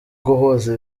guhuza